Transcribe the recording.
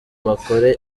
bakore